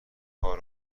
کار